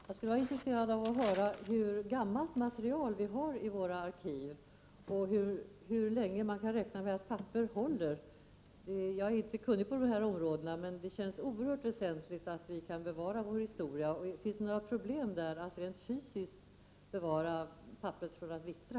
Herr talman! Jag skulle vara intresserad av att få höra hur gammalt material vi har i våra arkiv och hur länge man kan räkna med att papper håller. Jag är inte kunnig på de här områdena, men det känns oerhört väsentligt att vi kan bevara vår historia. Jag undrar: Finns det några problem att rent fysiskt bevara papper från att vittra?